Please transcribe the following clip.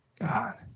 God